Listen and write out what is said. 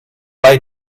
bei